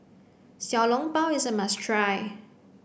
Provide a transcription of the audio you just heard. Xiao Long Bao is a must try